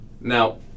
Now